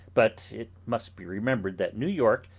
but it must be remembered that new york,